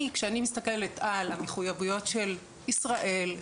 כשאני מסתכלת על המחויבויות של ישראל,